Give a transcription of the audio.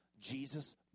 Jesus